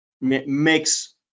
makes